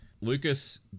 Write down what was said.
Lucas